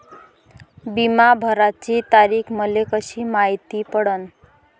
बिमा भराची तारीख मले कशी मायती पडन?